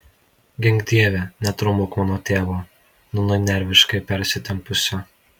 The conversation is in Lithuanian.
gink dieve netraumuok mano tėvo nūnai nerviškai persitempusio